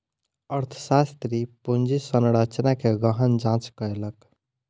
अर्थशास्त्री पूंजी संरचना के गहन जांच कयलक